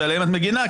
שעליהם את מגינה,